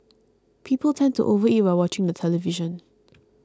people tend to overeat while watching the television